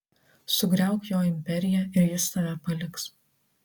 sugriauk jo imperiją ir jis tave paliks